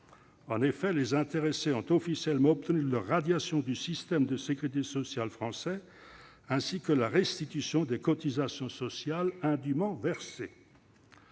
En effet, les intéressés ont officiellement obtenu leur radiation du système de sécurité sociale français, ainsi que la restitution des cotisations sociales indûment versées.